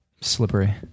Slippery